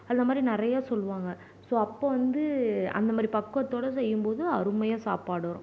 அதுமாதிரி நிறைய சொல்லுவாங்க ஸோ அப்போ வந்து அந்தமாதிரி பக்குவத்தோடு செய்யும்போது அருமையாக சாப்பாடு வரும்